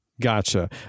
Gotcha